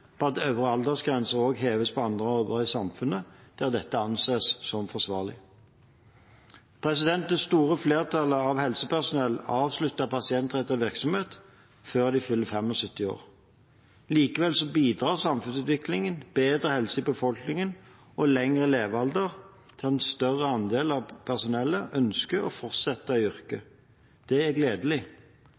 på at øvre aldersgrense også heves på andre områder i samfunnet, der dette anses som forsvarlig. Det store flertallet av helsepersonell avslutter pasientrettet virksomhet før de fyller 75 år. Likevel bidrar samfunnsutviklingen, bedre helse i befolkningen og lengre levealder til at en større andel av personellet ønsker å fortsette i yrket. Det er gledelig.